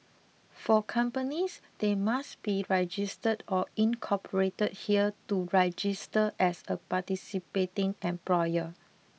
for companies they must be registered or incorporated here to register as a participating employer